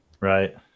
Right